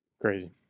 Crazy